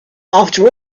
after